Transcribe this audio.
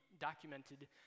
documented